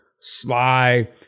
sly